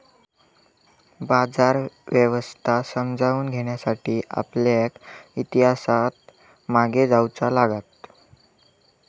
बाजार व्यवस्था समजावून घेण्यासाठी आपल्याक इतिहासात मागे जाऊचा लागात